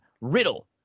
Riddle